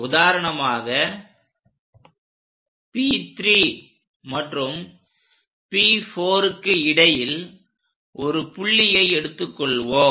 உதாரணமாக P3 மற்றும் P4க்கு இடையில் ஒரு புள்ளியை எடுத்து கொள்வோம்